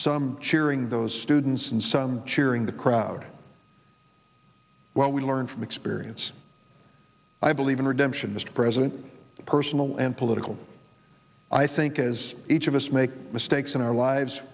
some cheering those students and some cheering the crowd well we learn from experience i believe in redemption mr president personal and political i think as each of us make mistakes in our lives